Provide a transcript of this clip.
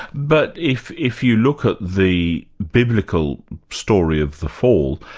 but if if you look at the biblical story of the fall,